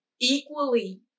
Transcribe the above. equally